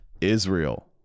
Israel